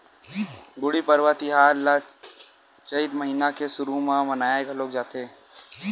गुड़ी पड़वा तिहार ल चइत महिना के सुरू म मनाए घलोक जाथे